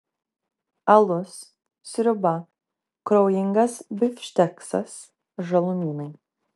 alus sriuba kraujingas bifšteksas žalumynai